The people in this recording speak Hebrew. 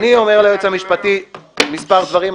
אני אומר ליועץ המשפטי מספר דברים,